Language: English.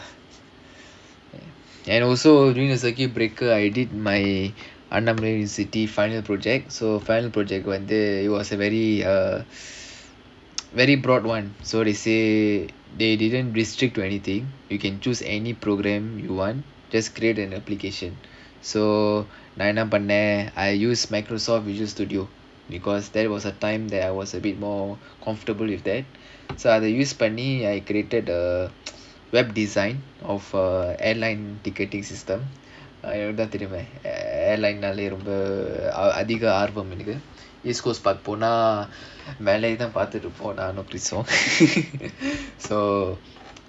and also during the circuit breaker I did my university final project so final project வந்து:vandhu it was a very a very broad one so they say they didn't restrict to anything you can choose any programme you want just create an application so நான் என்ன பண்ணேன்:naan enna pannaen I use microsoft visual studio because that was a time that I was a bit more comfortable with that அத:adha use பண்ணி:panni I created uh web design of a airline ticketing system உனக்குத்தான் தெரியுமே:unakkuthaan theriyumae airline நாலே அதிக ஆர்வம்:naalae adhiga aarvam east coast park நானும்:naanum kirish யும்:yum so